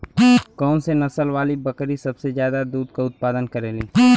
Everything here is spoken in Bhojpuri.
कौन से नसल वाली बकरी सबसे ज्यादा दूध क उतपादन करेली?